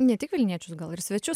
ne tik vilniečius gal ir svečius